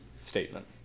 statement